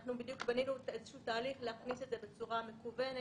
אנחנו בדיוק בנינו תהליך להכניס את זה בצורה מקוונת,